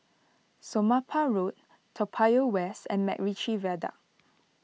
Somapah Road Toa Payoh West and MacRitchie Viaduct